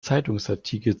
zeitungsartikel